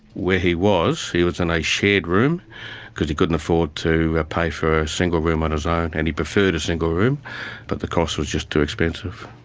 where he was, he was in a shared room because he couldn't afford to pay for a single room on his own and he preferred a single room but the cost was just too expensive.